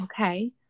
okay